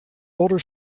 older